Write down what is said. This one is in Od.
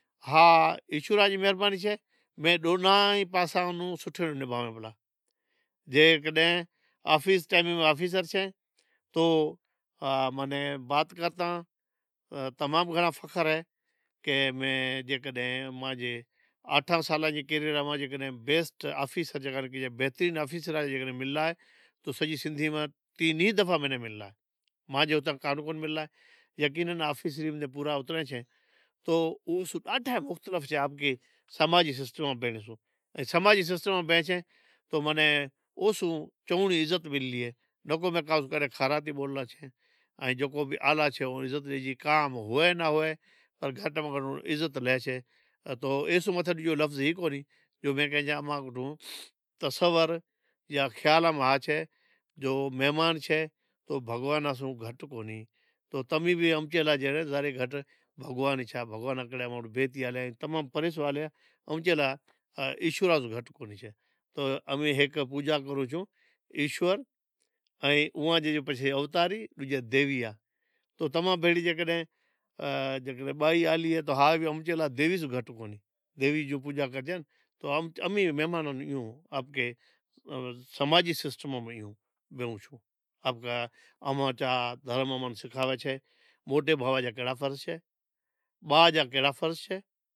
ہا ایشور جی مہربانی چھے جیکڈنہں آفیس ٹیم میں آفیسر چھیں تو بات کرتا تمام گھنڑا فخر اہے تیں جیکڈنہں مانجی آٹھاں سالاں جے کیریئر ماں جے آفیسر یا بہترین آفیسراں سیں جے ملا اے تو سجی سندہی ماں کنی دفعا ملا اے یقینن آفیسری ماں جے پورا اتریں چھے تو ڈاڈھا سوٹھا جاب کیرلا اے نکو میں کھارا تھے بورلا اے ائیں جوکو بھی آلا چھے تو کام ہوئے جاں ناں ہوئے عزت لیسے، ماں کو تصور یا خیالاں میں آسے جو مہمان چھے او بگھوان سوں گھٹ کونہیں، تو تبھی بھی ذرے گھٹ ایشوراں سوں گھٹ کونہیں چھے، امیں ایک پوجا کروں ایشور اوئاں جو جکو اوتاری یا دیویا تو تماں بھیڑی جے بائی ہالی اے تو ہاج اماں دیوی سوں گھٹ کونہیں سمجھاں دیوی نیں پوجا کرجے تو امیں مہمان نی سماجی سسٹم ماں اماں چا دھرم امیں سکھاوے چھے کہ موٹے جا کیوا فرج چھے با جا کیوا فرج چھے